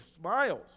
smiles